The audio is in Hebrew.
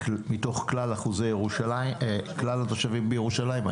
מתוך כלל התושבים בירושלים,